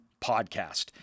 Podcast